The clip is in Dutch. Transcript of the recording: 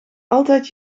altijd